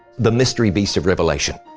the mystery beast of revelation.